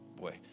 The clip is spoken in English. boy